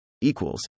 equals